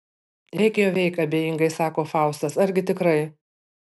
eik jau eik abejingai sako faustas argi tikrai